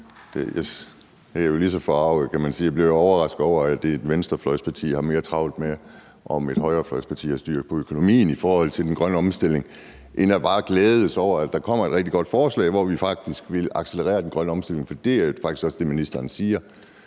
sige, lige så forarget, og jeg bliver også overrasket over, at et venstrefløjsparti har mere travlt med, at om et højrefløjsparti har styr på økonomien i forhold til den grønne omstilling, end at de bare glæder sig over, at der kommer et rigtig godt forslag, hvor man faktisk vil accelerere den grønne omstilling. For det er jo faktisk også det, ministeren siger,